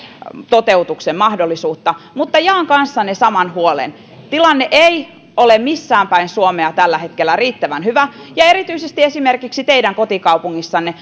toteutuksen mahdollisuutta mutta jaan kanssanne saman huolen tilanne ei ole missään päin suomea tällä hetkellä riittävän hyvä ja erityisesti esimerkiksi teidän kotikaupungissanne